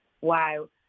wow